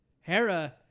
Hera